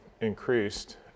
increased